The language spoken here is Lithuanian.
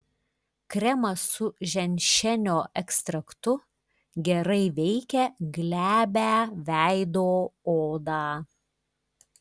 kremas su ženšenio ekstraktu gerai veikia glebią veido odą